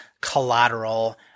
collateral